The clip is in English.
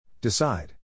Decide